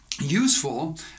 useful